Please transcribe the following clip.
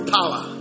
power